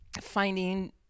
finding